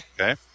Okay